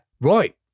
Right